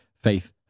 faith